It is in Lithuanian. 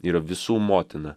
yra visų motina